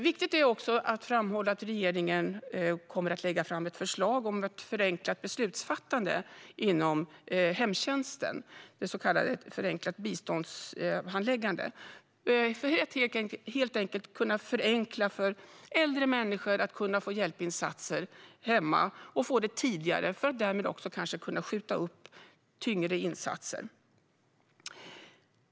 Viktigt är också att framhålla att regeringen kommer att lägga fram ett förslag om ett förenklat beslutsfattande inom hemtjänsten, ett så kallat förenklat biståndshandläggande. Det handlar helt enkelt om att göra det enklare för äldre människor att få hjälpinsatser hemma och att få det tidigare. Därmed kanske man kan skjuta upp tyngre insatser.